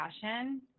passion